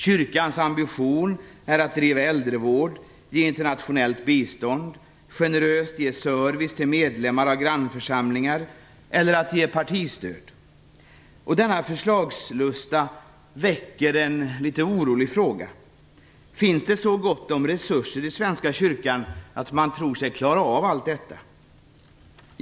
Kyrkans ambition är att driva äldrevård, ge internationellt bistånd, generöst ge service till medlemmar i grannförsamlingar eller ge partistöd. Denna förslagslusta väcker en del oro och får mig att undra: Finns det så gott om resurser i Svenska kyrkan att man tror sig klara av allt detta?